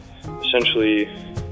essentially